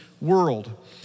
world